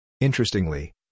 Interestingly